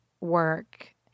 work